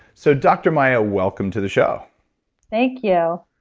so dr. maya, welcome to the show thank you